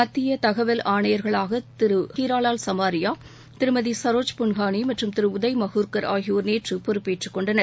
மத்திய தகவல் சமாரியா ஆணையர்களாக திரு ஹீராவால் திருமதி சரோஜ் புன்ஹாணி மற்றும் திரு உதய் மஹூர்க்கர் ஆகியோர் நேற்று பொறுப்பேற்றுக் கொண்டனர்